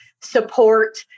support